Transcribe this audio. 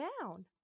down